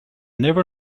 never